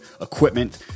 equipment